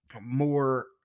more